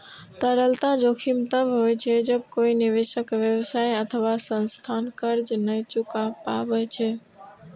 तरलता जोखिम तब होइ छै, जब कोइ निवेशक, व्यवसाय अथवा संस्थान कर्ज नै चुका पाबै छै